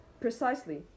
Precisely